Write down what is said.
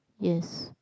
yes